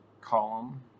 column